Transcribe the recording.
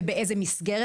ובאיזו מסגרת.